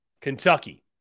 Kentucky